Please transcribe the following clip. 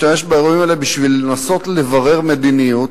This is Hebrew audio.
באירועים האלה בשביל לנסות לברר מדיניות.